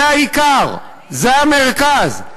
זה העיקר, זה המרכז.